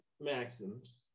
maxims